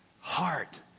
heart